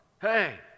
Hey